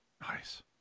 nice